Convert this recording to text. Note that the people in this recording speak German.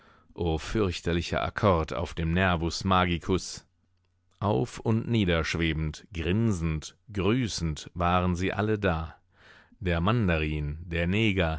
fürchterlicher akkord auf dem nervus magicus auf und niederschwebend grinsend grüßend waren sie alle da der mandarin der neger